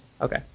Okay